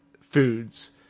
foods